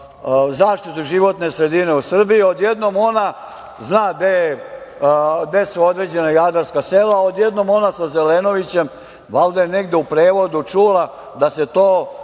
zaštitu životne sredine u Srbiji. Odjednom ona zna gde su određena jadarska sela. Odjednom ona sa Zelenovićem, valjda je negde u prevodu čula da se to